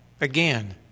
Again